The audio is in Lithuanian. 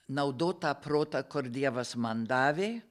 naudotą protą kur dievas man davė